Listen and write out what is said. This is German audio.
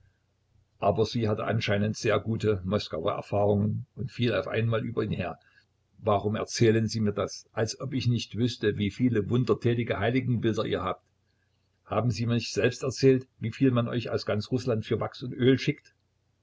aber sie hatte anscheinend sehr gute moskauer erfahrungen und fiel über ihn auf einmal her warum erzählen sie mir das als ob ich nicht wüßte wieviel wundertätige heiligenbilder ihr habt haben sie mir nicht selbst erzählt wie viel man euch aus ganz rußland für wachs und öl schickt